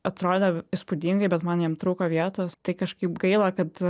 atrodė įspūdingai bet man jam trūko vietos tai kažkaip gaila kad